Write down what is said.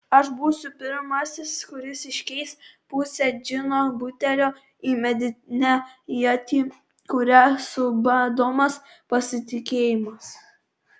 aš būsiu pirmasis kuris iškeis pusę džino butelio į medinę ietį kuria subadomas pasitikėjimas